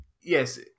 yes